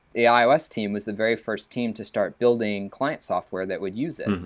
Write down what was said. the ios team was the very first team to start building client software that would use it,